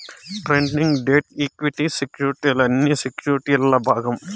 trading, debt, equity సెక్యుర్టీలన్నీ సెక్యుర్టీల్ల భాగం